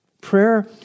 Prayer